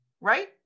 Right